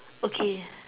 okay